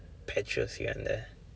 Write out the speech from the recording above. patches here and there